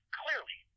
clearly